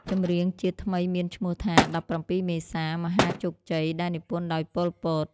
ចម្រៀងជាតិថ្មីមានឈ្មោះថា ១៧មេសា មហាជោគជ័យ ដែលនិពន្ធដោយ ប៉ុល ពត ។